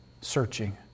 searching